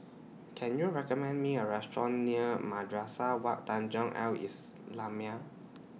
Can YOU recommend Me A Restaurant near Madrasah Wak Tanjong Al Islamiah